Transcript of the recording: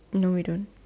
no we don't